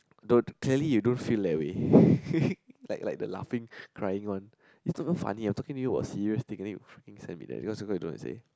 don't clearly you don't feel that way like like the laughing crying one it's not even funny I'm talking to you serious things and then you freaking send me that you don't want to say